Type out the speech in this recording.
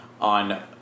on